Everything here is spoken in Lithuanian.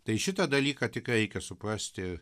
tai šitą dalyką tikrai reikia suprasti